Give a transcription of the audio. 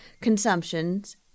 consumptions